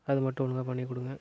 அது மட்டும் நல்லா பண்ணிக் கொடுங்க